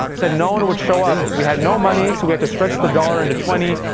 said no one would show up. we had no money, so we had to stretch the dollar into twenty